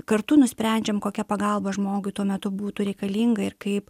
kartu nusprendžiam kokia pagalba žmogui tuo metu būtų reikalinga ir kaip